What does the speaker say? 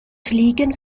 fliegen